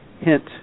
hint